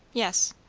yes.